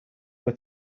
were